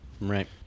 Right